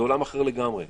זה עולם אחר לגמרי.